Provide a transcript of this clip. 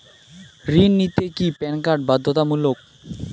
ঋণ নিতে কি প্যান কার্ড বাধ্যতামূলক?